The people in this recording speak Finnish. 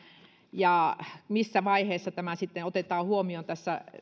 ja missä vaiheessa tämä sitten otetaan huomioon tässä